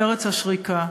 פרץ, "השריקה",